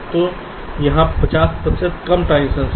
तो यह 50 प्रतिशत कम ट्रांजिशन है